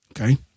Okay